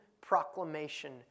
proclamation